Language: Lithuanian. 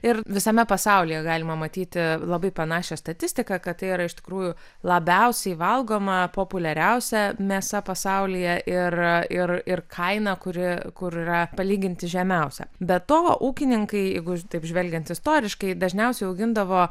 ir visame pasaulyje galima matyti labai panašią statistiką kad tai yra iš tikrųjų labiausiai valgoma populiariausia mėsa pasaulyje ir ir kaina kuri kur yra palyginti žemiausia be to ūkininkai jeigu taip žvelgiant istoriškai dažniausiai augindavo